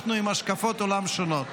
אנחנו עם השקפות עולם שונות,